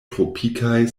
tropikaj